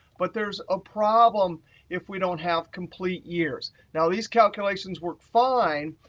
but there's a problem if we don't have complete years. now these calculations work fine.